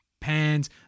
pans